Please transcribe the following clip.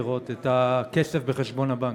לראות את הכסף בחשבון הבנק?